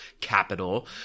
capital